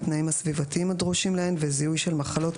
התנאים הסביבתיים הדרושים להן וזיהוי של מחלות,